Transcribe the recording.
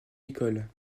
école